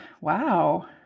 wow